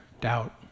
doubt